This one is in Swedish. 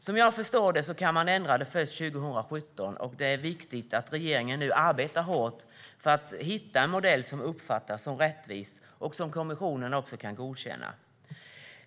Som jag förstår det kan man ändra detta först 2017, och det är viktigt att regeringen nu arbetar hårt för att hitta en modell som uppfattas som rättvis och som kommissionen kan godkänna.